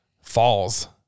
falls